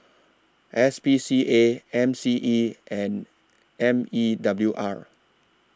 S P C A M C E and M E W R